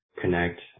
connect